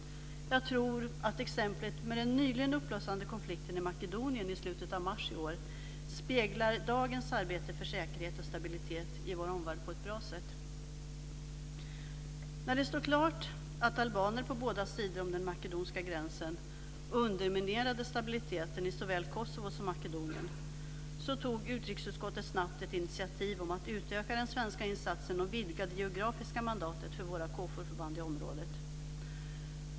Jag tror att exemplet med den nyligen uppblossande konflikten i Makedonien i slutet av mars i år speglar dagens arbete för säkerhet och stabilitet i vår omvärld på ett bra sätt. När det stod klart att albaner på båda sidor om den makedoniska gränsen underminerade stabiliteten i såväl Kosovo som Makedonien tog utrikesutskottet snabbt ett initiativ för att utöka den svenska insatsen och vidga det geografiska mandatet för våra KFOR förband i området.